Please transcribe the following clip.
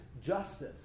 justice